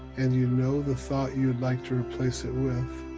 and you know the thought you would like to replace it with,